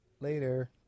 Later